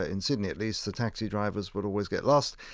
ah in sydney at least, the taxi drivers would always get lost.